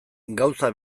gauza